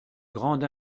grande